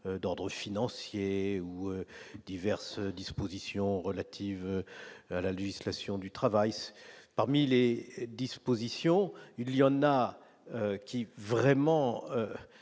d'ordre financier ou diverses dispositions relatives à la législation du travail parmi les dispositions, il y en a qui vraiment